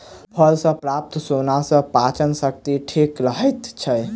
फल सॅ प्राप्त सोन सॅ पाचन शक्ति ठीक रहैत छै